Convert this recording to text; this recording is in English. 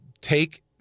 take